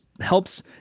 helps